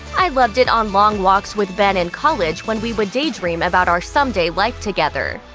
i loved it on long walks with ben in college when we would daydream about our someday life together.